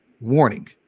warning